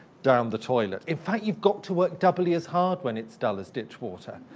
down the toilet. in fact, you've got to work doubly as hard when it's dull as ditchwater.